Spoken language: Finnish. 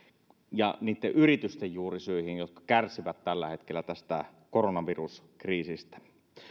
ja niitten yritysten juurisyihin jotka kärsivät tällä hetkellä tästä koronaviruskriisistä